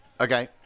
Okay